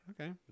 Okay